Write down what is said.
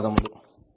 ధన్యవాదములు